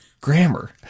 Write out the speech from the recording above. Grammar